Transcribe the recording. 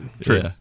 True